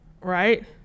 right